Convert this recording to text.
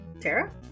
Tara